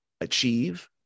achieve